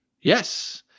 Yes